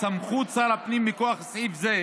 סמכות שר הפנים מכוח סעיף זה,